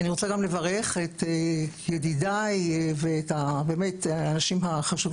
אני רוצה גם לברך את ידידיי והאנשים החשובים